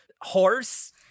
horse